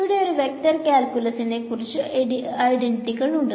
ഇവിടെ ഒരു വെക്ടർ കാൽകുലസിന്റെ കുറച്ചു ഐഡന്റിറ്റികൾ ഉണ്ട്